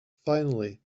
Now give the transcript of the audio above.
finally